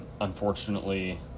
unfortunately